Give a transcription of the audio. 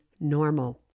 normal